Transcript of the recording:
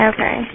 Okay